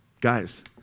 guys